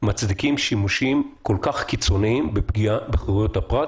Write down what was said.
מצדיקים שימוש כל כך קיצוני ופגיעה בחירויות הפרט,